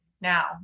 now